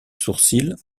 sourcil